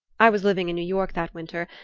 i was living in new york that winter,